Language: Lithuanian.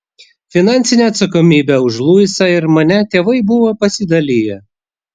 finansinę atsakomybę už luisą ir mane tėvai buvo pasidaliję